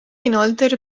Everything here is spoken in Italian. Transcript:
inoltre